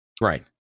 Right